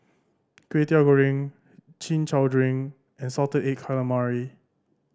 Kway Teow Goreng Chin Chow drink and salted egg calamari